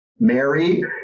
Mary